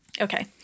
okay